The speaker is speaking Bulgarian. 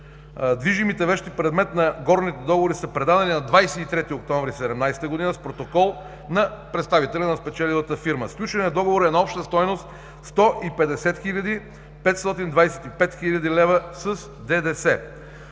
Движимите вещи, предмет на горните договори, са предадени на 23 октомври 2017 г. с протокол на представителя на спечелилата фирма. Сключеният договор е на обща стойност 150 525 лв. с ДДС.